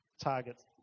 targets